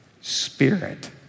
Spirit